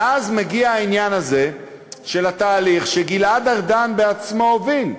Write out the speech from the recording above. ואז מגיע העניין הזה של התהליך שגלעד ארדן בעצמו הוביל.